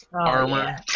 armor